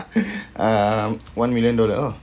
uh one million dollar oh